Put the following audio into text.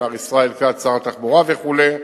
מר ישראל כץ שר התחבורה וכו',